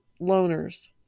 loners